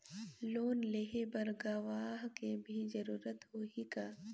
Loan लेहे बर गवाह के भी जरूरत होही का?